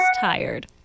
tired